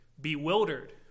bewildered